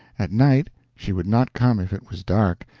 at night she would not come if it was dark,